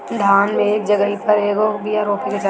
धान मे एक जगही पर कएगो बिया रोपे के चाही?